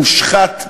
מושחת ציבורית,